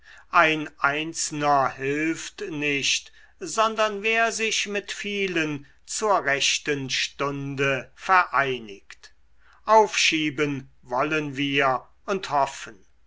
ein einzelner hilft nicht sondern wer sich mit vielen zur rechten stunde vereinigt aufschieben wollen wir und hoffen